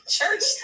church